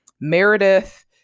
Meredith